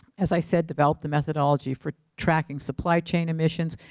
as i said developed the methodology for tracking supply chain emissions,